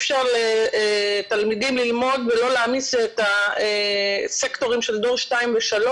וזה אפשר לתלמידים ללמוד ולא להעמיס את הסקטורים של דור 2 ו-3,